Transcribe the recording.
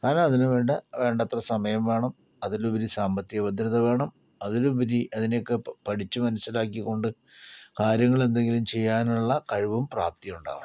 അതിന് വേണ്ട വേണ്ടത്ര സമയം വേണം അതിലുപരി സാമ്പത്തിക ഭദ്രത വേണം അതിലുപരി അതിനൊക്കെ പഠിച്ചു മനസ്സിലാക്കി കൊണ്ട് കാര്യങ്ങളെന്തെങ്കിലും ചെയ്യാനുള്ള കഴിവും പ്രാപ്തിയും ഉണ്ടാവണം